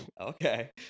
Okay